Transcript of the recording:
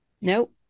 Nope